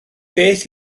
beth